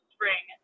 Spring